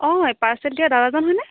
অঁ পাৰ্চেল দিয়া দাদাজন হয়নে